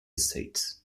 states